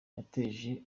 yateje